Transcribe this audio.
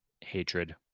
hatred